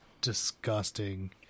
disgusting